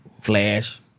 Flash